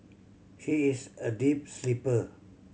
she is a deep sleeper